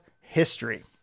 history